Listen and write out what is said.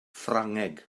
ffrangeg